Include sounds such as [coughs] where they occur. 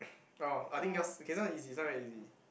[coughs] oh I think yours okay this one easy this one very easy